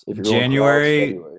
January